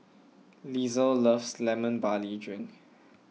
Lisle loves Lemon Barley Drink